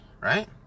right